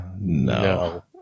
No